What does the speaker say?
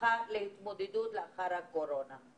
אנחנו בדרג המקצועי עמלים עכשיו על היערכות בכמה זירות.